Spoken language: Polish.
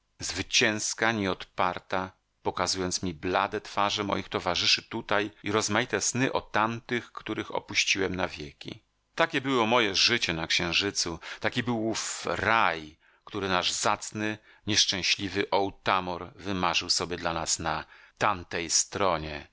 zwycięska nieodparta pokazując mi blade twarze moich towarzyszy tutaj i rozmaite sny o tamtych których opuściłem na wieki takie było moje życie na księżycu taki był ów raj który nasz zacny nieszczęśliwy otamor wymarzył sobie dla nas na tamtej stronie